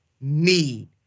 need